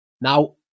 Now